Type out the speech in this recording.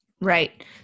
Right